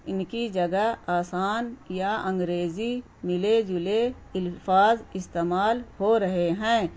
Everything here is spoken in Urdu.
ان کی جگہ آسان یا انگریزی ملے جلے الفاظ استعمال ہو رہے ہیں